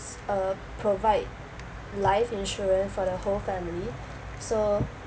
uh provide life insurance for the whole family so